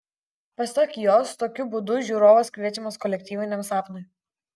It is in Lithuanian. pasak jos tokiu būdu žiūrovas kviečiamas kolektyviniam sapnui